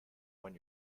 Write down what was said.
when